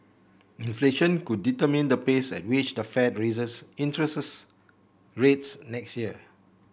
inflation could determine the pace at which the Fed raises interests rates next year